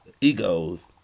Egos